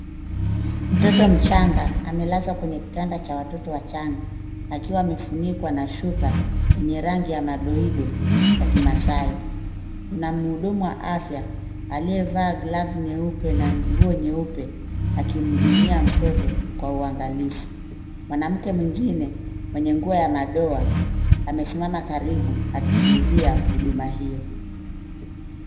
Mtoto mchanga amelazwa kwenye kitanda cha watoto wachanga akiwa amefunikwa na shuka lenye rangi ya madoido ya Kimaasai. Kuna mhudumu wa afya aliyevaa gloves nyeupe na nguo nyeupe akimhudumia mtoto kwa uangalifu. Mwanamke mwengine mwenye nguo ya madoa amesimama karibu akishuhudia huduma hiyo.